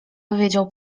powiedział